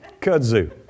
kudzu